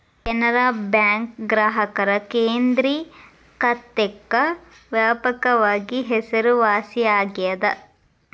Canara bank ಗ್ರಾಹಕರ ಕೇಂದ್ರಿಕತೆಕ್ಕ ವ್ಯಾಪಕವಾಗಿ ಹೆಸರುವಾಸಿಯಾಗೆದ